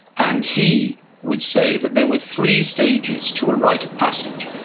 and he would say that there were three stages to a rite of passage.